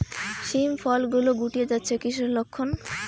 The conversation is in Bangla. শিম ফল গুলো গুটিয়ে যাচ্ছে কিসের লক্ষন?